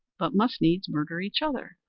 but must needs murder each other.